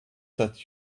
that